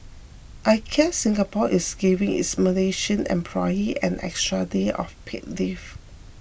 IKEA Singapore is giving its Malaysian employee an extra day of paid leave